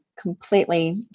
completely